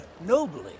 nobly